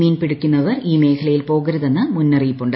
മീൻ പിടിക്കുന്നവർ ഈ മേഖലയിൽ പോകരുതെന്ന് മുന്നറിയിപ്പുണ്ട്